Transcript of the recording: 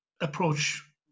approach